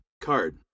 card